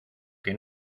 que